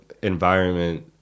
environment